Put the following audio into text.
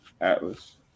atlas